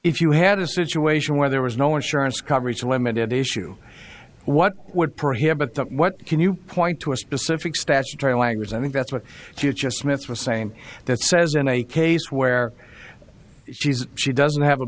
if you had a situation where there was no insurance coverage limited issue what would prohibit that what can you point to a specific statutory language i think that's what she just minutes was saying that says in a case where she's she doesn't have a